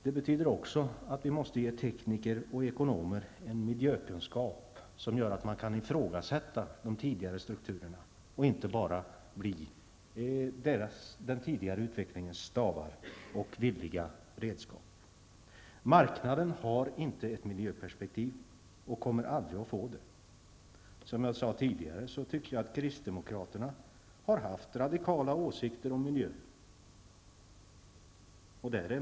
Det betyder också att vi måste ge tekniker och ekonomer en miljökunskap, som gör att de kan ifrågasätta de tidigare strukturerna och inte bara bli den tidigare utvecklingens stavar och villiga redskap. Marknaden har inte ett miljöperspektiv och kommer aldrig att få det. Som jag sade tidigare tycker jag kristdemokraterna har haft radikala åsikter om miljön.